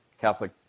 Catholic